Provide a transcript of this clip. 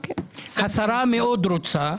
השרה סילמן מאוד רוצה.